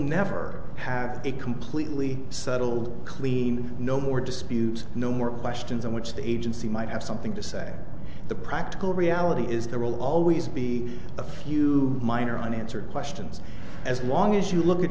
never have it completely settled clean no more disputes no more questions on which the agency might have something to say the practical reality is there will always be a few minor unanswered questions as long as you look at